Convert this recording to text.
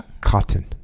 cotton